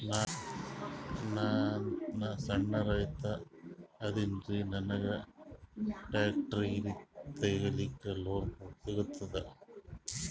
ನಾನ್ ಸಣ್ ರೈತ ಅದೇನೀರಿ ನನಗ ಟ್ಟ್ರ್ಯಾಕ್ಟರಿ ತಗಲಿಕ ಲೋನ್ ಸಿಗತದ?